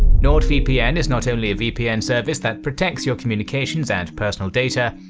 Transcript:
nordvpn is not only a vpn service that protects your communications and personal data,